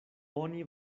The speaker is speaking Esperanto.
oni